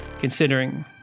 considering